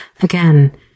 Again